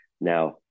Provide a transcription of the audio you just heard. Now